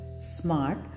smart